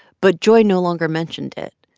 but joy no longer mentioned it.